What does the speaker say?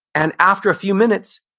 and after a few minutes,